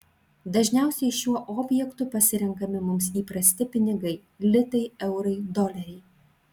dažniausiai šiuo objektu pasirenkami mums įprasti pinigai litai eurai doleriai